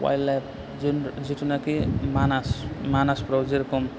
अवाइल life जे जेथोनाखि मानास मानासफ्राव जेरेखम